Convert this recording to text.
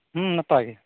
ᱦᱩᱸ ᱱᱟᱯᱟᱭ ᱜᱮ